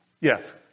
Yes